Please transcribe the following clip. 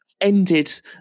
ended